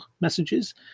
messages